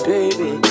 Baby